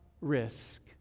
risk